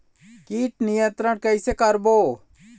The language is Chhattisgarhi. कीट नियंत्रण कइसे करबो?